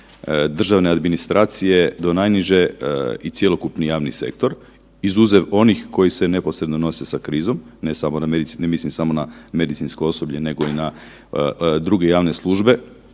državne administracije do najniže i cjelokupni javni sektor izuzev onih koji se neposredno nose sa krizom, ne mislim samo na medicinsko osoblje nego i na druge javne službe,